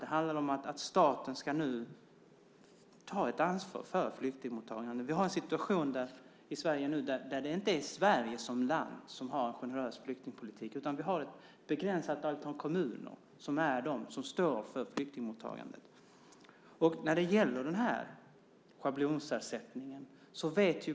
Det handlar om att staten nu ska ta ett ansvar för flyktingmottagandet. Vi har en situation i Sverige där det inte är Sverige som land som har en generös flyktingpolitik, utan vi har ett begränsat antal kommuner som står för flyktingmottagandet.